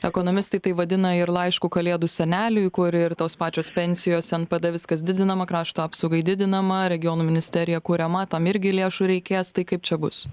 ekonomistai tai vadina ir laišku kalėdų seneliui kur ir tos pačios pensijos npd viskas didinama krašto apsaugai didinama regionų ministerija kuriama tam irgi lėšų reikės tai kaip čia bus